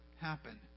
happen